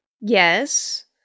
Yes